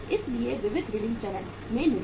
इसलिए विविध ऋणी चरण में निवेश